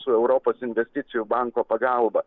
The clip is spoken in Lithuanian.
su europos investicijų banko pagalba